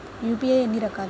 UPI ఎన్ని రకాలు?